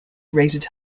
rated